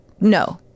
No